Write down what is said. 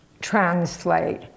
translate